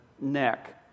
neck